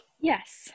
Yes